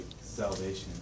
salvation